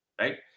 right